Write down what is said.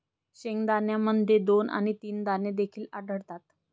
शेंगदाण्यामध्ये दोन आणि तीन दाणे देखील आढळतात